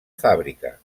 fàbrica